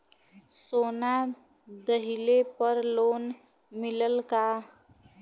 सोना दहिले पर लोन मिलल का?